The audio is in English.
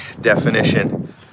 definition